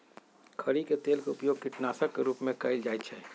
खरी के तेल के उपयोग कीटनाशक के रूप में कएल जाइ छइ